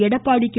Edappadi K